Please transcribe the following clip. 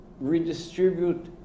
redistribute